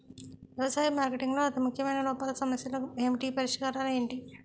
వ్యవసాయ మార్కెటింగ్ లో అతి ముఖ్యమైన లోపాలు సమస్యలు ఏమిటి పరిష్కారాలు ఏంటి?